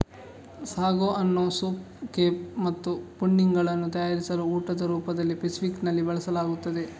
sago ಅನ್ನು soup cake ಮತ್ತು pudding ಗಳನ್ನು ತಯಾರಿಸಲು ಊಟದ ರೂಪದಲ್ಲಿ ಫೆಸಿಫಿಕ್ ನಲ್ಲಿ ಬಳಸಲಾಗುತ್ತದೆ